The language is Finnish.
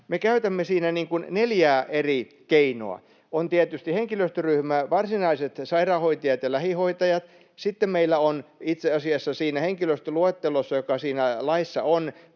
käytämme siinä neljää eri keinoa: On tietysti henkilöstöryhmä varsinaiset sairaanhoitajat ja lähihoitajat. Sitten meillä on itse asiassa siinä henkilöstöluettelossa, joka siinä laissa on,